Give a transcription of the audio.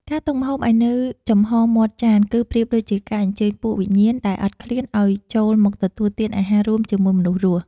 ការទុកម្ហូបឱ្យនៅចំហរមាត់ចាន គឺប្រៀបដូចជាការអញ្ជើញពួកវិញ្ញាណដែលអត់ឃ្លានឱ្យចូលមកទទួលទានអាហាររួមជាមួយមនុស្សរស់។